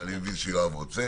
אני מבין שיואב רוצה.